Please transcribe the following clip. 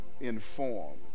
informed